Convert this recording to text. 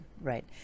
right